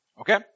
Okay